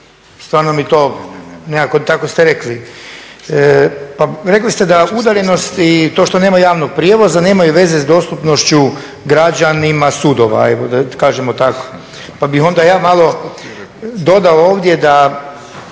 Stvarno mi to, nekako tako ste rekli. Pa rekli ste da udaljenost i to što nema javnog prijevoza nemaju veze s dostupnošću građanima sudova, evo da kažemo tako. Pa bih onda ja malo dodao ovdje da